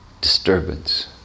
disturbance